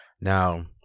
Now